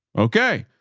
okay.